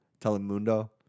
Telemundo